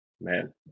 man